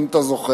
אם אתה זוכר.